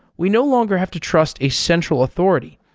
we no longer have to trust a central authority.